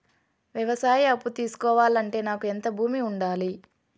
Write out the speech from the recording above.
వ్యవసాయ అప్పు తీసుకోవాలంటే నాకు ఎంత భూమి ఉండాలి?